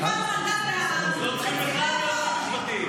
קיבלנו מנדט מהעם --- לא צריך בכלל ייעוץ משפטי.